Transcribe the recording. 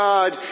God